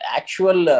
actual